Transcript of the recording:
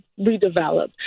redevelop